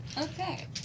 Okay